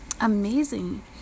amazing